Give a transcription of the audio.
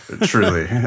truly